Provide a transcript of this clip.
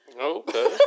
Okay